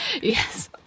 Yes